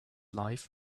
life